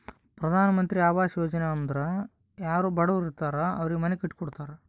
ಪ್ರಧಾನ್ ಮಂತ್ರಿ ಆವಾಸ್ ಯೋಜನಾ ಅಂದುರ್ ಯಾರೂ ಬಡುರ್ ಇರ್ತಾರ್ ಅವ್ರಿಗ ಮನಿ ಕಟ್ಟಿ ಕೊಡ್ತಾರ್